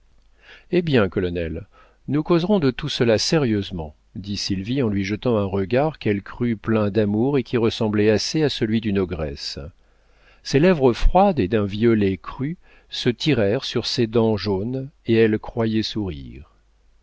eh bien colonel nous causerons de tout cela sérieusement dit sylvie en lui jetant un regard qu'elle crut plein d'amour et qui ressemblait assez à celui d'une ogresse ses lèvres froides et d'un violet cru se tirèrent sur ses dents jaunes et elle croyait sourire